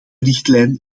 richtlijn